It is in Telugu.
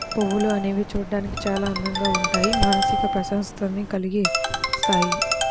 పువ్వులు అనేవి చూడడానికి చాలా అందంగా ఉంటూ మానసిక ప్రశాంతతని కల్గిస్తాయి